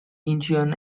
incheon